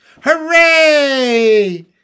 Hooray